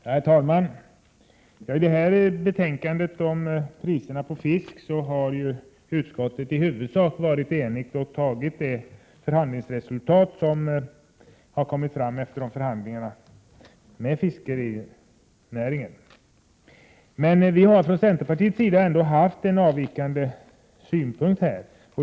Herr talman! När det gäller det här betänkandet om priserna på fisk har utskottet i huvudsak varit enigt och antagit det förhandlingsresultat som kommit fram efter förhandlingarna med fiskerinäringen. Men vi har från centerpartiets sida ändå haft en avvikande synpunkt här.